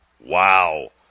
Wow